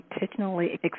intentionally